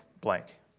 blank